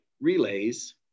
relays